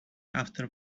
after